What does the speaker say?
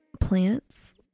plants